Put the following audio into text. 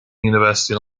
university